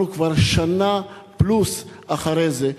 אנחנו כבר שנה פלוס אחרי זה,